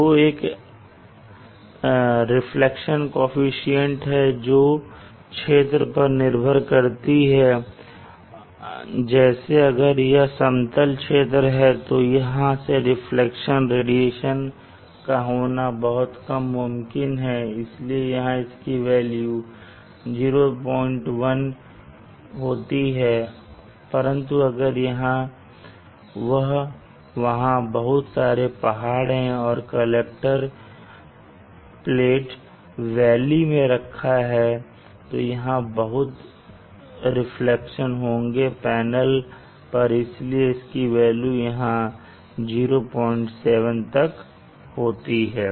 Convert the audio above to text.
ρ एक reflection coefficient जो क्षेत्र पर निर्भर करती है जैसे अगर यह समतल क्षेत्र है तो यहां से रिफ्लेक्शन रेडिएशन का होना बहुत कम मुमकिन है इसलिए यहां इसकी वेल्यू 01 होती है परंतु अगर वहां बहुत सारे पहाड़ हैं और कलेक्टर प्लेट वैली में रखा है तो यहां बहुत रिफ्लेक्शन होंगे पैनल पर इसलिए इसकी वेल्यू यहां 07 तक होती है